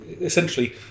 essentially